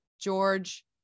George